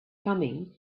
coming